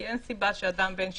כי אין סיבה שאדם בן 70,